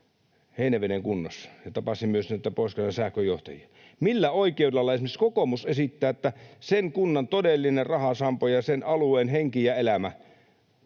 Heinäveden kunnassa ja tapasin myös näitä Pohjois-Karjalan sähköjohtajia. Millä oikeudella esimerkiksi kokoomus esittää, että sen kunnan todellinen rahasampo ja sen alueen henki ja elämä,